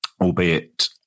albeit